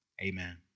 Amen